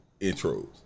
intros